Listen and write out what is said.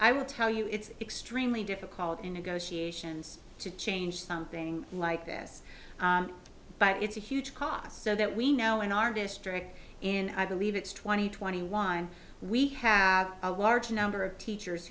i will tell you it's extremely difficult in negotiations to change something like this but it's a huge cost so that we know in our district in i believe it's twenty twenty one we have a large number of teachers